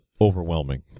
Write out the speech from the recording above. overwhelming